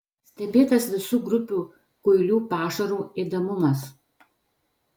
stebėtas visų grupių kuilių pašaro ėdamumas